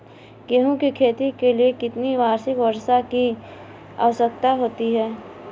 गेहूँ की खेती के लिए कितनी वार्षिक वर्षा की आवश्यकता होती है?